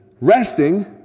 resting